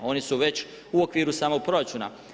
Oni su već u okviru samog proračuna.